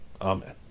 Amen